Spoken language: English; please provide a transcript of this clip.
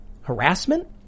Harassment